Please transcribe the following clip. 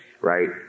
right